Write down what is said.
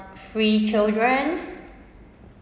three children